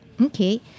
Okay